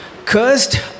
cursed